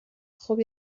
خوب